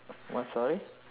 what sorry